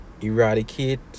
eradicate